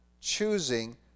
choosing